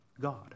God